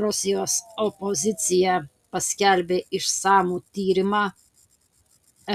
rusijos opozicija paskelbė išsamų tyrimą